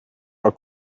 are